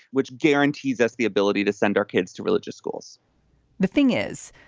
which guarantees us the ability to send our kids to religious schools the thing is,